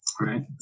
Right